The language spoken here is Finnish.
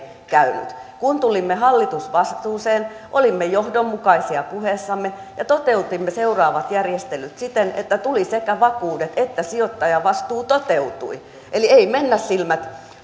käynyt kun tulimme hallitusvastuuseen olimme johdonmukaisia puheessamme ja toteutimme seuraavat järjestelyt siten että sekä tuli vakuudet että toteutui sijoittajavastuu eli ei mennä silmät